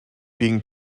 being